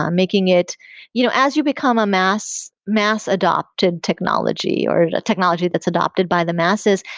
um making it you know as you become a mass mass adopted technology or a technology that's adopted by the masses,